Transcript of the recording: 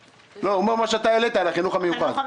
הוא אומר את מה שאתה העלית על החינוך המיוחד.